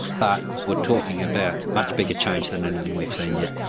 but we're talking about much bigger change than anything we've seen yet.